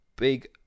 big